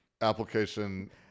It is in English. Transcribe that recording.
Application